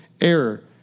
error